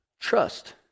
trust